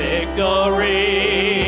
Victory